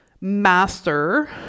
master